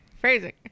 phrasing